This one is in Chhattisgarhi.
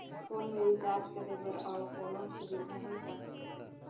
फोन मे रिचार्ज करे बर और कोनो सुविधा है कौन?